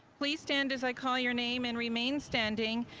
please stand as i call your name, and remain standing.